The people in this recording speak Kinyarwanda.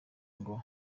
ngo